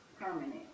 permanent